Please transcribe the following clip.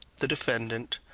the defendant,